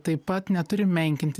taip pat neturi menkinti